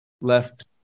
left